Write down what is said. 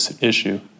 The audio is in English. issue